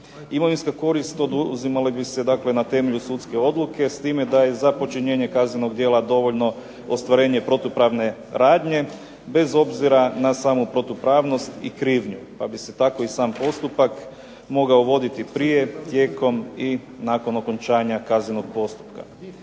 Imovinska korist oduzimala bi se na temelju sudske odluke s time da je za počinjenje kaznenog djela dovoljno ostvarenje protupravne radnje, bez obzira na samu protupravnost i krivnju pa bi se tako i sam postupak mogao voditi prije, tijekom i nakon okončanja kaznenog postupka.